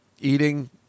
eating